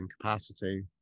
capacity